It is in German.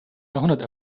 jahrhundert